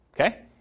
Okay